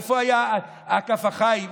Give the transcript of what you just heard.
איפה היה כף החיים?